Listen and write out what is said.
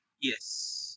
Yes